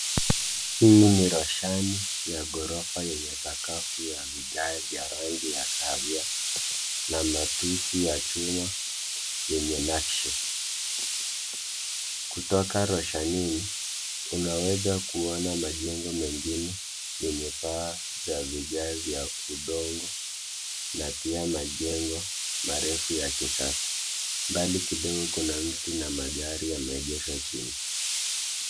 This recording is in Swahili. Hii ni roshani ya ghorofa yenye sakafu ya vigae vya rangi ya kahawia na matusi ya chuma yenye nakshi. Kutoka roshanini unaweza kuona majengo mengine yenye paa zenye vigae za udongo na pia majengo marefu ya kisasa. Mbali kidogo kuna mti na magari yameegeshwa chini.